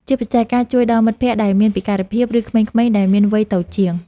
ជាពិសេសការជួយដល់មិត្តភក្ដិដែលមានពិការភាព ឬក្មេងៗដែលមានវ័យតូចជាង។